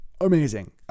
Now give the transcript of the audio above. Amazing